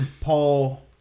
Paul